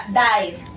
dive